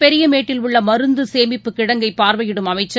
பெரியமேட்டில் உள்ள மருந்து சேமிப்புக் கிடங்கை பார்வையிடும் அமைச்சர்